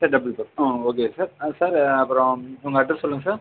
sir double back ஆ okay sir sir அப்புறம் உங்கள் அட்ரஸ் சொல்லுங்கள் சார்